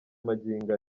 magingo